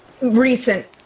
recent